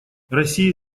россия